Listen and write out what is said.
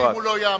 אם הוא לא יעמוד,